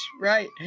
right